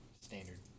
Standard